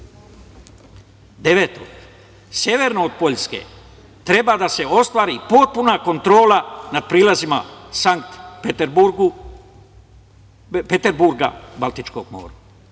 – severno od Poljske treba da se ostvari potpuna kontrola nad prilazima Sanpeterburga Baltičkom